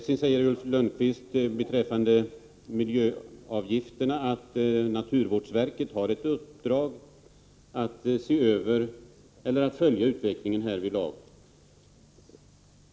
Sedan säger Ulf Lönnqvist beträffande miljöavgifterna att naturvårdsverket har ett uppdrag att följa utvecklingen härvidlag.